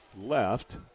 left